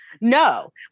No